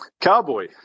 Cowboy